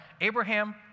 Abraham